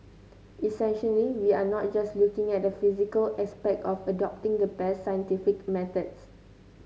essentially we are not just looking at the physical aspect of adopting the best scientific methods